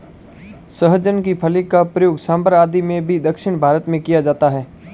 सहजन की फली का प्रयोग सांभर आदि में भी दक्षिण भारत में किया जाता है